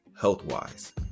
health-wise